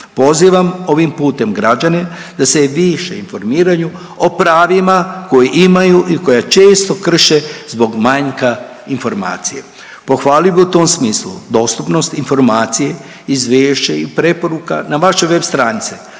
Pozivam ovim putem građane da se više informiraju o pravima koji imaju i koja često krše zbog manjka informacija. Pohvalio bi u tom smislu dostupnost informacije izvješće i preporuka na vašoj web stranici,